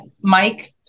Mike